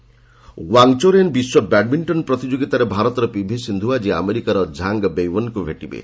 badminton Wangcharoen ବିଶ୍ୱ badminton ପ୍ରତିଯୋଗୀତାରେ ଭାରତର ପିଭି ସିନ୍ଧୁ ଆଜି ଆମେରିକାର ଝାଙ୍ଗ୍ ବୈଓ୍ବେନଙ୍କୁ ଭେଟିବେ